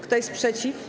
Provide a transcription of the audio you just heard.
Kto jest przeciw?